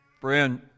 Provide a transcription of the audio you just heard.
friend